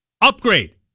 Upgrade